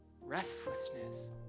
restlessness